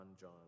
John